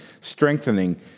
strengthening